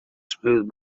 smooth